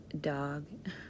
dog